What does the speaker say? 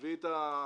להביא את היס"מים,